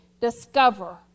discover